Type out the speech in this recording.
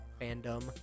fandom